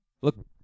Look